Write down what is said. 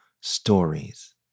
stories